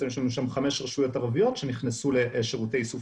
יש שם חמש רשויות ערביות שנכנסו לשירותי איסוף